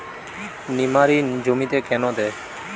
নিমারিন জমিতে কেন দেয়?